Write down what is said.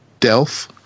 Delph